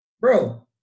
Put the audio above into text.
bro